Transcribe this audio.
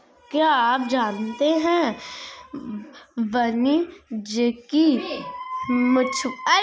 क्या आप जानते है वाणिज्यिक मछुआरे विभिन्न प्रकार के जानवरों की कटाई करते हैं?